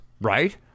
right